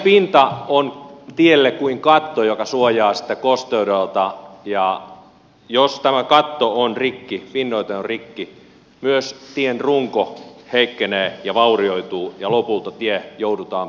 tienpinta on tielle kuin katto joka suojaa sitä kosteudelta ja jos tämä katto on rikki pinnoite on rikki myös tien runko heikkenee ja vaurioituu ja lopulta tie joudutaan peruskorjaamaan